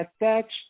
attached